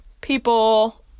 people